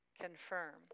confirm